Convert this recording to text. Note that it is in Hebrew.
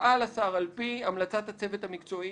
יפעל השר על פי המלצות הצוות המקצועי,